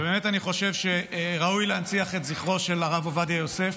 ובאמת אני חושב שראוי להנציח את זכרו של הרב עובדיה יוסף,